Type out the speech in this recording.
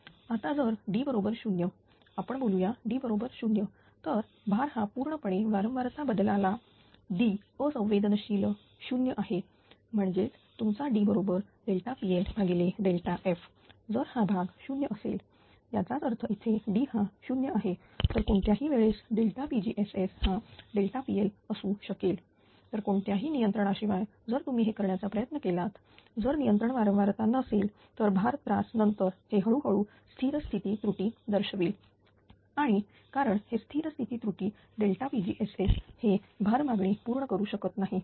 आता जर D बरोबर 0 आपण बोलूया D बरोबर 0 तर भार हा पूर्णपणे वारंवारता बदलाला D असंवेदनशील 0 आहे म्हणजेच तुमचा D बरोबरpLf जर हा भाग 0 असेल याचाच अर्थ इथे D हा 0 आहे तर कोणत्याही वेळेस pgss हा pL असू शकेल तर कोणत्याही नियंत्रणाशिवाय जर तुम्ही हे करण्याचा प्रयत्न केलात जर नियंत्रण वारंवारता नसेल तर भार त्रास नंतर हे हळूहळू स्थिर स्थिती त्रुटी दर्शविल आणि कारण हे स्थिर स्थिती त्रुटी pgss हे भार मागणी पूर्ण करू शकत नाही